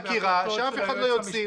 המשפטי --- אם בחקירה אז שאף אחד לא יוציא,